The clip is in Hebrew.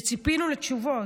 וציפינו לתשובות.